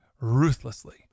ruthlessly